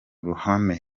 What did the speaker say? ruhame